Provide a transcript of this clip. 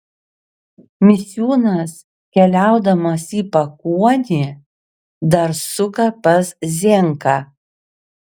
misiūnas keliaudamas į pakuonį dar suka pas zienką